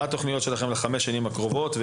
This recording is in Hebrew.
מה התוכניות שלכם לחמש השנים הקרובות?